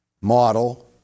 model